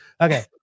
Okay